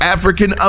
African